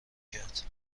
کرد